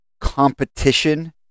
competition